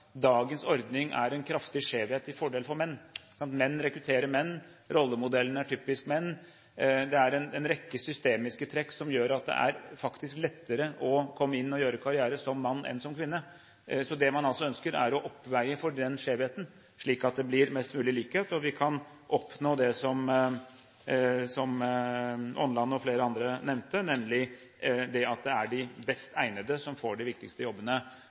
dagens ordning innebærer en kraftig skjevhet til fordel for menn. Menn rekrutterer menn. Rollemodellene er typisk menn. Det er en rekke trekk i systemet som gjør at det faktisk er lettere å komme inn og gjøre karriere som mann enn som kvinne. Det man ønsker, er å oppveie for den skjevheten, slik at det blir mest mulig likhet og vi kan oppnå det som Åmland og flere andre nevnte, nemlig at det er de best egnede som får de viktigste jobbene.